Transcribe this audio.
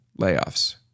layoffs